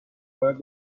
باید